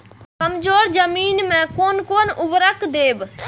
कमजोर जमीन में कोन कोन उर्वरक देब?